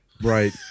Right